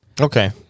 okay